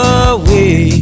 away